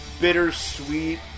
bittersweet